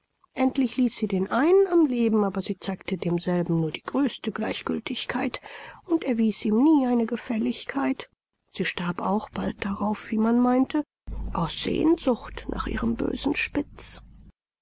endlich ließ sie den einen am leben aber sie zeigte demselben nur die größte gleichgiltigkeit und erwies ihm nie eine gefälligkeit sie starb auch bald darauf wie man meinte aus sehnsucht nach ihrem bösen